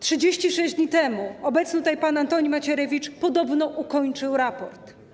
36 dni temu obecny tutaj pan Antoni Macierewicz podobno ukończył raport.